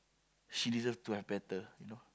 she deserve to have better you know